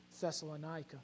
Thessalonica